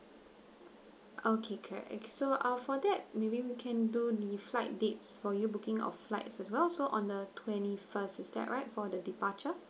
okay can okay so uh for that maybe we can do the flight dates for you booking of flights as well so on the twenty first is that right for the departure